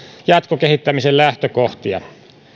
jatkokehittämisen lähtökohtia